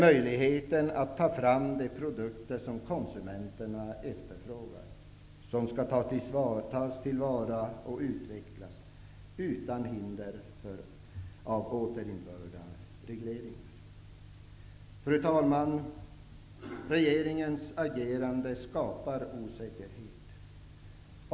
Möjligheten att ta fram de produkter som konsumenterna efterfrågar skall tas till vara och utvecklas, utan hinder av återinförda regleringar. Fru talman! Regeringens agerande skapar osäkerhet!